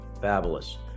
Fabulous